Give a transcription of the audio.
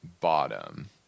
bottom